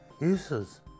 uses